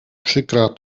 przykra